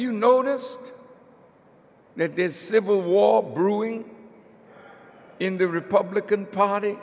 you noticed that there's civil war brewing in the republican party